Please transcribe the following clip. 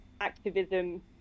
activism